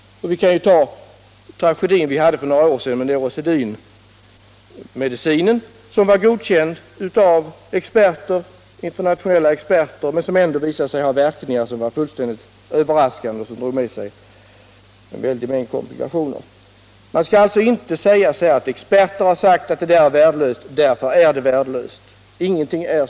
Vi kan också tänka på tragedin för några år sedan med neurosedynet, en medicin som var godkänd av internationella experter men som ändå visade sig ha fullständigt överraskande verkningar medförande en väldig mängd komplikationer. Man skall följaktligen inte heller säga sig att något är värdelöst bara därför att experter sagt det.